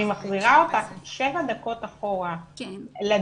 אני מחזירה אותך שבע דקות אחורה לדיון,